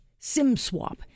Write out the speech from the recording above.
SimSwap